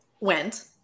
went